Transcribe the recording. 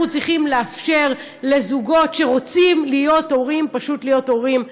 אנחנו צריכים לאפשר לזוגות שרוצים להיות הורים פשוט להיות הורים.